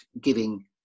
giving